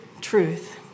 Truth